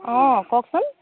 অঁ কওকচোন